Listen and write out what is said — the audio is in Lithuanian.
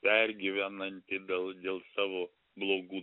pergyvenantį dėl dėl savo blogų